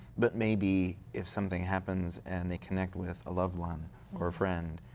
but maybe if something happens and they connect with a loved one or friend,